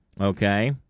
Okay